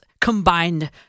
combined